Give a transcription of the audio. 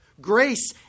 Grace